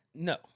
No